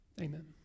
Amen